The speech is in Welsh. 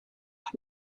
pan